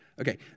Okay